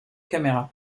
caméra